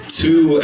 two